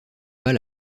pas